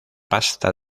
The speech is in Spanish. pasta